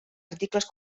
articles